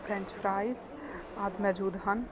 French fries ਆਦਿ ਮੌਜੂਦ ਹਨ